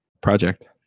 project